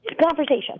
conversation